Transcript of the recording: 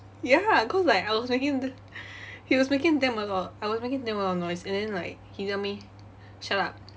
ya cause I like I was making he was making damn a lot I was making damn a lot of noise and then like he tell me shut up